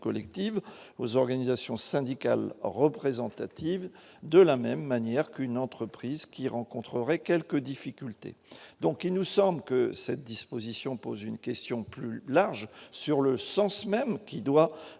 collectives aux organisations syndicales représentatives de la même manière qu'une entreprise qui rencontreraient quelques difficultés, donc il nous semble que cette disposition pose une question plus large sur le sens même qui doit